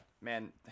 man